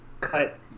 cut